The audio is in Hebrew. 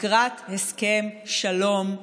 לקראת הסכם שלום,